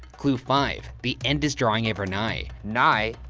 clue five, the end is drawing ever nigh. nigh,